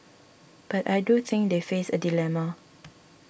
but I do think they face a dilemma